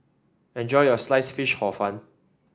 enjoy your Sliced Fish Hor Fun